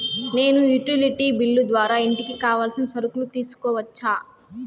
నేను utility bill ద్వారా ఇంటికి కావాల్సిన సరుకులు తీసుకోవచ్చా?